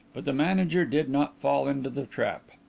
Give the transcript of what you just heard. but the manager did not fall into the trap.